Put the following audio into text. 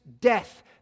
death